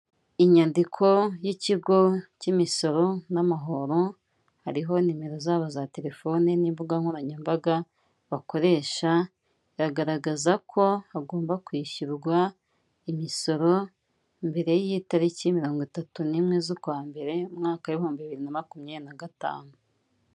Inyandiko y'ikigo cy'imisoro n'amahoro, hariho nimero zabo za telefoni n'imbuga nkoranyambaga bakoresha, iragaragaza ko hagomba kwishyurwa imisoro mbere y'itariki mirongo itatu n'imwe z'ukwa mbere umwaka w'ibihumbi bibiri na makumyabiri na gatanu.